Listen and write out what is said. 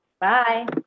bye